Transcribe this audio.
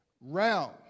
realm